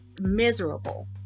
miserable